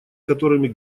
которыми